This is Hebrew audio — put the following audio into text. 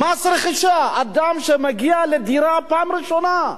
מס רכישה, אדם שמגיע לדירה פעם ראשונה,